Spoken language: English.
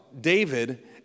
David